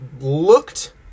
looked